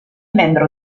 membro